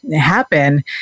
happen